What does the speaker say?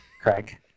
Craig